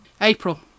April